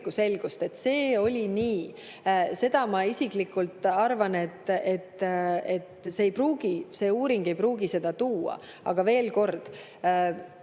et see oli nii. Ma isiklikult arvan, et see uurimine ei pruugi seda tuua. Aga veel kord: